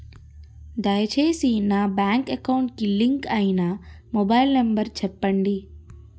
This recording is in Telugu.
దయచేసి నా బ్యాంక్ అకౌంట్ కి లింక్ అయినా మొబైల్ నంబర్ చెప్పండి